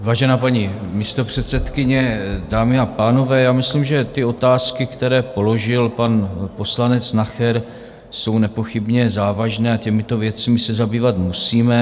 Vážená paní místopředsedkyně, dámy a pánové, myslím, že otázky, které položil pan poslanec Nacher, jsou nepochybně závažné a těmito věcmi se zabývat musíme.